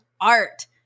art